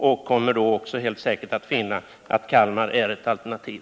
Helt säkert kommer han då att finna att Kalmar är ett bra alternativ.